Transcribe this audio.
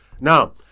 Now